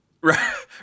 Right